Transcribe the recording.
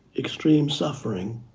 extreme suffering,